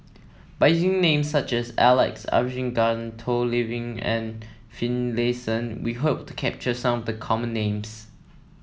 by using names such as Alex Abisheganaden Toh Liying and Finlayson we hope to capture some of the common names